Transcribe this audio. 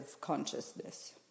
consciousness